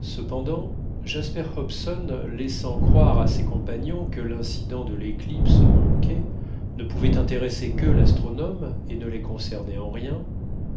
cependant jasper hobson laissant croire à ses compagnons que l'incident de l'éclipse manquée ne pouvait intéresser que l'astronome et ne les concernait en rien